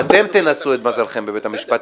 אתם תנסו את מזלכם בבית המשפט,